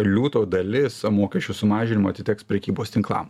liūto dalis mokesčių sumažinimo atiteks prekybos tinklam